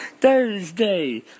Thursday